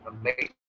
Amazing